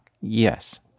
yes